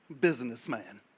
businessman